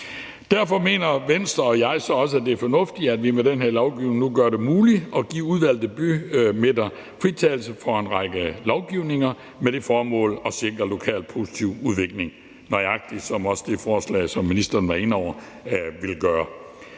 Derfor mener Venstre og jeg så også, at det er fornuftigt, at vi med den her lovgivning gør det muligt at give udvalgte bymidter fritagelse for en række lovgivninger med det formål at sikre lokal positiv udvikling – nøjagtig som det forslag, ministeren var inde over, ville gøre.